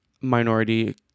minority